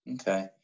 Okay